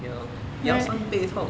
ya lor 腰酸背痛